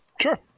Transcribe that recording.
sure